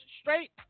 straight